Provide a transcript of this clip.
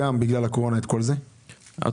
עזוב.